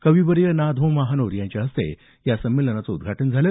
कविवर्य ना धों महानोर यांच्याहस्ते या संमेलनाचं उद्घाटन झालं